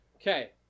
Okay